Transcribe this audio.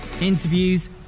interviews